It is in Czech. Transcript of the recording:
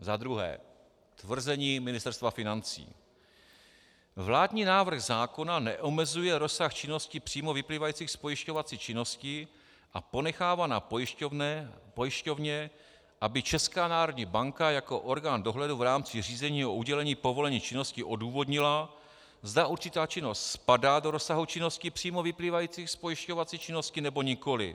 Za druhé tvrzení Ministerstva financí: Vládní návrh zákona neomezuje rozsah činností přímo vyplývajících z pojišťovací činnosti a ponechává na pojišťovně, aby Česká národní banka jako orgán dohledu v rámci řízení o udělení povolení k činnosti odůvodnila, zda určitá činnost spadá do rozsahu činností přímo vyplývajících z pojišťovací činnosti, nebo nikoli.